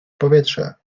powietrze